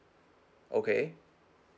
okay